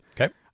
Okay